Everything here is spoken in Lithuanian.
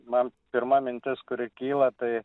man pirma mintis kuri kyla tai